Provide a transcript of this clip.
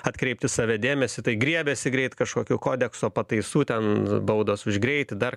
atkreipt į save dėmesį tai griebiasi greit kažkokių kodekso pataisų ten baudos už greitį dar